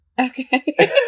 Okay